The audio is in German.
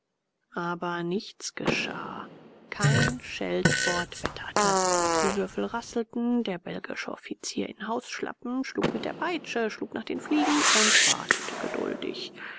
aber nichts geschah kein scheltwort wetterte die würfel rasselten der belgische offizier in hausschlappen schlug mit der peitsche schlug nach den fliegen und wartete geduldig